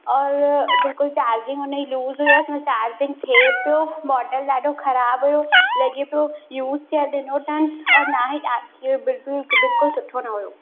और बिल्कुलु चार्जिंग उन ई लूज़ हुयसि न चार्जिंग थिए पियो मॉडल ॾाढो ख़राबु हुयो लॻे पियो यूज़ थियल ॾिनो अथनि और न ई ॾा कि हे बिल्कुलु बिल्कुलु सुठो न हुयो